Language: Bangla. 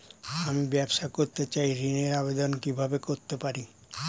আমি ব্যবসা করতে চাই ঋণের আবেদন কিভাবে করতে পারি?